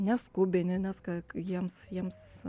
neskubini nes ką jiems jiems